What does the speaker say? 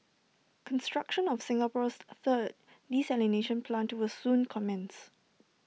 construction of Singapore's third desalination plant will soon commence